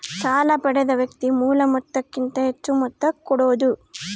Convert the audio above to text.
ಸಾಲ ಪಡೆದ ವ್ಯಕ್ತಿ ಮೂಲ ಮೊತ್ತಕ್ಕಿಂತ ಹೆಚ್ಹು ಮೊತ್ತ ಕೊಡೋದು